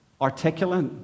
articulate